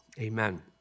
amen